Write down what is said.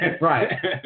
Right